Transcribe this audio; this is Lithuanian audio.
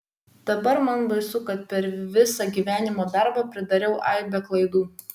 dabar man baisu kad per visą gyvenimo darbą pridariau aibę klaidų